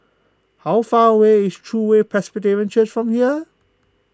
how far away is True Way Presbyterian Church from here